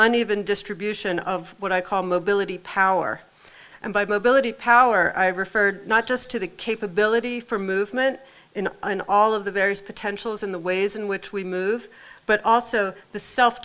uneven distribution of what i call mobility power and by mobility power i referred not just to the capability for movement in an all of the various potentials in the ways in which we move but also the self